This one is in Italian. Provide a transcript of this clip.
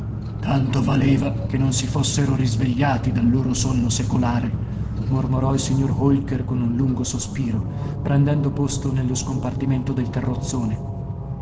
tanto valeva che non si fossero risvegliati dal loro sonno secolare mormorò il signor holker con un lungo sospiro prendendo posto nello scompartimento del carrozzone